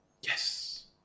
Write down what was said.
yes